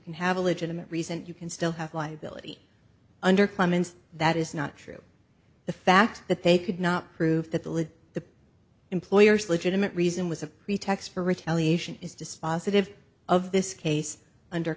can have a legitimate reason you can still have liability under clemens that is not true the fact that they could not prove that the the lid employer's legitimate reason was a pretext for retaliation is dispositive of this case under